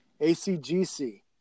ACGC